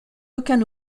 aucun